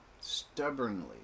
Stubbornly